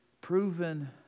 proven